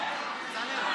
חברת הכנסת אורית סטרוק.